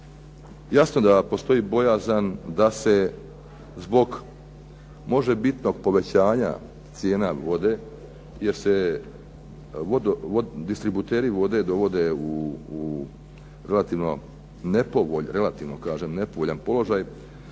jasno da postoji bojazan da se zbog možebitnog povećanja cijene vode, gdje se distributeri dovode u relativno nepovoljan,